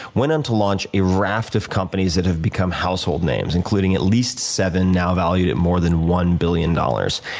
went on to launch a raft of companies that have become household names, including at least seven now valued at more than one billion dollars.